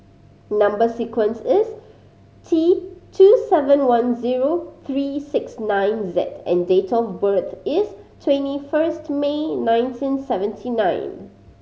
number sequence is T two seven one zero three six nine Z and date of birth is twenty first May nineteen seventy nine